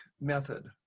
method